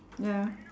ya